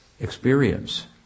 experience